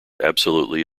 absolutely